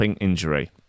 injury